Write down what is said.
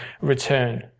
return